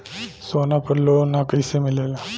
सोना पर loan कइसे मिलेला?